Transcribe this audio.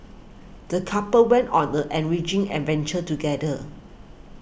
the couple went on the enriching adventure together